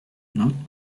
not